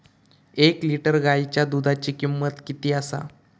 एक लिटर गायीच्या दुधाची किमंत किती आसा?